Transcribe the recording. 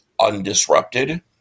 Undisrupted